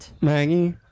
Maggie